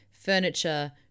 furniture